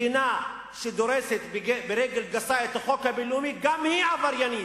מדינה שדורסת ברגל גסה את החוק הבין-לאומי גם היא עבריינית,